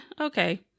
okay